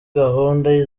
gahunda